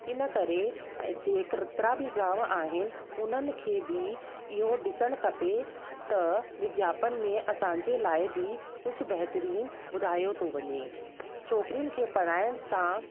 इन करे जेतिरा बि गांव आहिनि उन्हनि खे बि इहो ॾिसणु खपे त विज्ञापन में असांजे लाइ बि कुझु बेहतरीन ॿुधायो थो वञे छोकिरियुनि खे पढ़ाइण सां